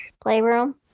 playroom